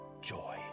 joy